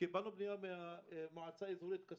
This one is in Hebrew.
קיבלנו פנייה מהמועצה האזורית קאסום.